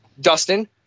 Dustin